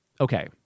Okay